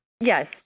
Yes